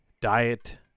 Diet